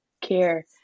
care